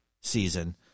season